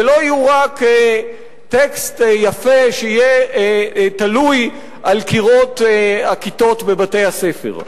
ולא יהיו רק טקסט יפה שיהיה תלוי על קירות הכיתות בבתי-הספר.